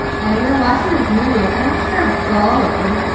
and we were watching this movie and i just started bawling.